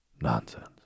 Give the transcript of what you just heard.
Nonsense